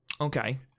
Okay